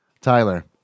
Tyler